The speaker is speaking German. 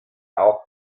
auch